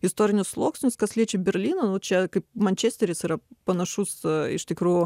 istorinius sluoksnius kas liečia berlyną nu čia kaip mančesteris yra panašus iš tikrųjų